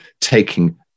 taking